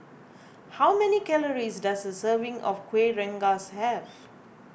how many calories does a serving of Kuih Rengas have